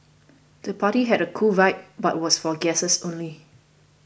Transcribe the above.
the party had a cool vibe but was for guests only